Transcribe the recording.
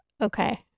Okay